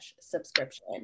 subscription